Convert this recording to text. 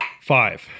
Five